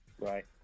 Right